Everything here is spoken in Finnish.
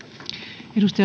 arvoisa